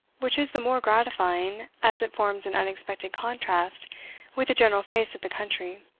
which is the more gratifying, as it forms an unexpected contrast with the general face of the country.